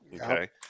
Okay